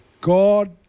God